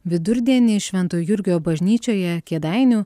vidurdienį švento jurgio bažnyčioje kėdainių